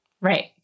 Right